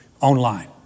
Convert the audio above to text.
online